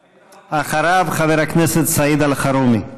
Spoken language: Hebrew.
אחריו, חבר הכנסת סעיד אלחרומי.